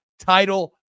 title